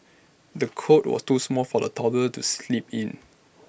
the cot was too small for A toddler to sleep in